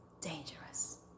dangerous